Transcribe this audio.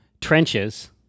trenches